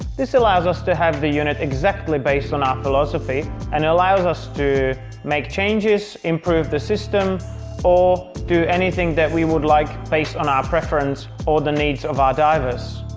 this allows us to have the unit exactly based on our philosophy and allows us to make changes, improve the system or do anything that we would like based on our preference or the needs of our divers.